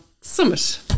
Summit